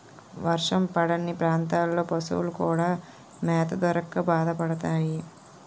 వర్షం పడని ప్రాంతాల్లో పశువులు కూడా మేత దొరక్క బాధపడతాయి